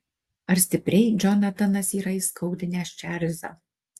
ar stipriai džonatanas yra įskaudinęs čarlzą